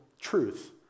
truth